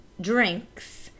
drinks